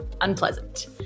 unpleasant